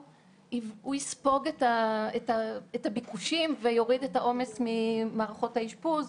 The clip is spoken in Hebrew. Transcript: יספוג את הביקושים ויוריד את העומס ממערכות האשפוז.